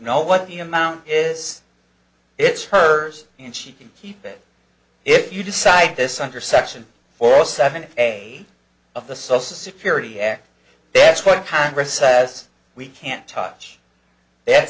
know what the amount is it's hers and she can keep it if you decide this under section four seventy eight of the social security act best what congress says we can't touch that